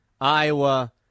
Iowa